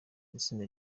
itsinda